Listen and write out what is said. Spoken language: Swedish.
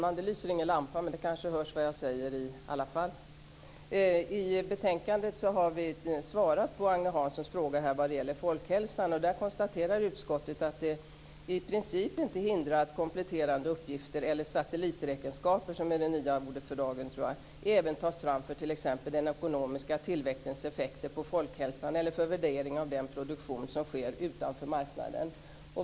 Fru talman! I betänkandet har vi svarat på Agne Hanssons fråga om folkhälsan. Utskottet konstaterar att det i princip inte är något som hindrar att kompletterande uppgifter eller satelliträkenskaper, som är det nya ordet för dagen, även tas fram för t.ex. den ekonomiska tillväxtens effekter på folkhälsan eller för värdering av den produktion som sker utanför marknaden.